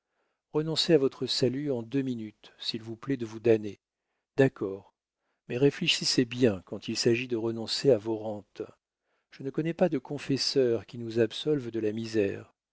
renoncez à votre salut en deux minutes s'il vous plaît de vous damner d'accord mais réfléchissez bien quand il s'agit de renoncer à vos rentes je ne connais pas de confesseur qui nous absolve de la misère